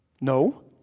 No